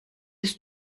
ist